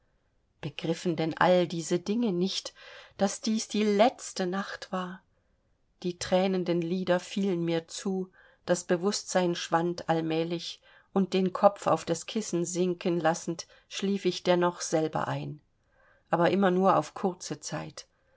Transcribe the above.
begriffen denn all diese dinge nicht daß dies die letzte nacht war die thränenden lider fielen mir zu das bewußtsein schwand allmählich und den kopf auf das kissen sinken lassend schlief ich dennoch selber ein aber immer nur auf kurze zeit